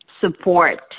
support